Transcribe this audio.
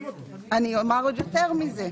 אני אומר עוד יותר מזה.